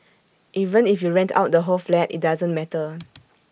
even if you rent out the whole flat IT doesn't matter